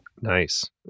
Nice